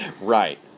right